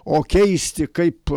o keisti kaip